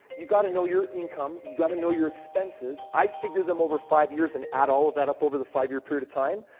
you got to know your income, you got to know your expenses. i figure them over five years and add all of that up over the five-year period of time.